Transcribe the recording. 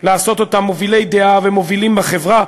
לעשות אותם מובילי דעה ומובילים בחברה,